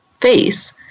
face